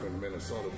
Minnesota